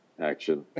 Action